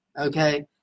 Okay